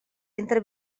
entre